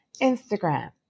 Instagram